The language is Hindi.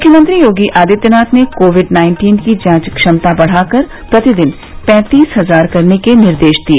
मुख्यमंत्री योगी आदित्यनाथ ने कोविड नाइन्टीन की जांच क्षमता बढ़ाकर प्रतिदिन पैंतीस हजार करने के निर्देश दिए